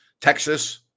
Texas